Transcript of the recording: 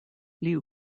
liu